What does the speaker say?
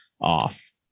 off